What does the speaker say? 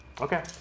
Okay